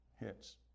hits